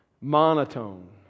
monotone